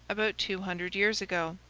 about two hundred years ago.